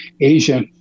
Asia